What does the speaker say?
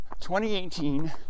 2018